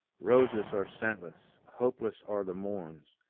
roses are scentless, hopeless are the morns,